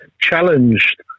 challenged